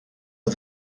are